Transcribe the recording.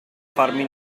farmi